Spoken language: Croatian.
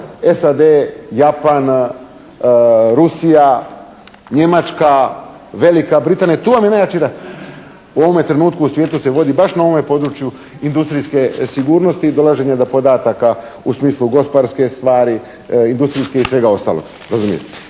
SAD, Japan, Rusija, Njemačka, Velika Britanija, tu vam je najjači rat. U ovome trenutku u svijetu se vodi baš na ovome području industrijske sigurnosti i dolaženje do podataka u smislu gospodarske stvari, industrijske i svega ostalog. E